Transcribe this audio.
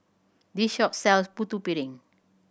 this shop sells Putu Piring